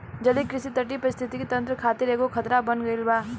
जलीय कृषि तटीय परिस्थितिक तंत्र खातिर एगो खतरा बन गईल बा